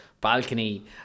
balcony